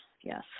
Yes